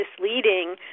misleading